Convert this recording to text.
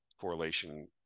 correlation